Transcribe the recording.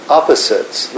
opposites